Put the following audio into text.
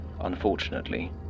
unfortunately